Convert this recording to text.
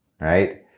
right